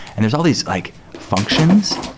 and there's all these like functions.